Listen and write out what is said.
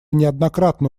неоднократно